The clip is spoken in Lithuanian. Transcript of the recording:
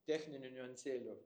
techninių niuansėlių